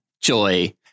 Joy